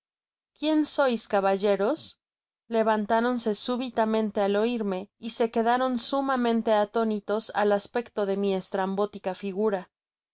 quién sois caballeros levantáronse súbitamente al oirme y se quedaron sumamente atónitos al aspecto de mi estrambótica figura